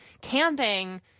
camping